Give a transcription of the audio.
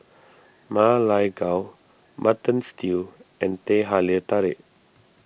Ma Lai Gao Mutton Stew and Teh Halia Tarik